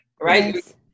right